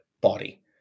body